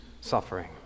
suffering